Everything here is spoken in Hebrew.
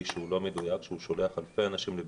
לא מדויק ששולח אלפי אנשים לבידוד,